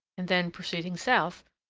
and then proceeding south,